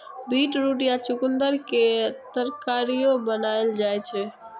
beetroot या चुकंदर के तरकारियो बनाएल जाइ छै